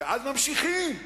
ואז ממשיכים.